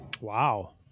wow